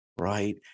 right